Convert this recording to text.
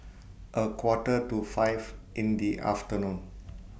A Quarter to five in The afternoon